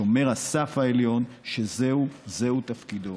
שומר הסף העליון, שזהו תפקידו.